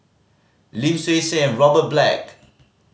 Lim Swee Say Robert Black